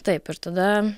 taip ir tada